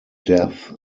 death